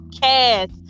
cast